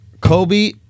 Kobe